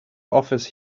office